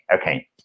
okay